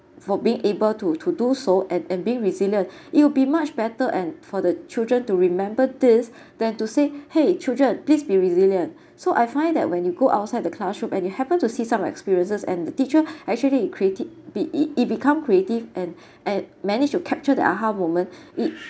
for being able to to do so and and being resilient it'll be much better and for the children to remember this than to say !hey! children please be resilient so I find that when you go outside the classroom and you happen to see some experiences and the teacher actually creative be it it become creative and and managed to capture the aha moment it